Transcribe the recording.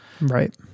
Right